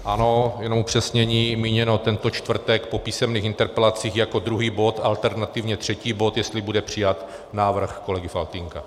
Ano, jenom upřesnění, míněno tento čtvrtek po písemných interpelacích jako druhý bod, alternativně třetí bod, jestli bude přijat návrh kolegy Faltýnka.